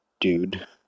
dude